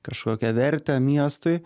kažkokią vertę miestui